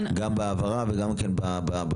גם בהעברה וגם כן במהות,